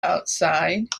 outside